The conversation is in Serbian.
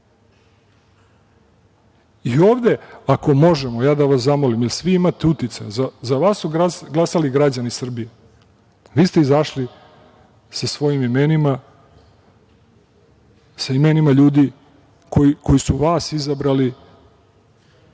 izađe. Ako možemo, da vas zamolim, jer vi imate uticaj, za vas su glasali građani Srbije, vi ste izašli sa svojim imenima, sa imenima ljudi koji su vas izabrali